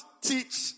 teach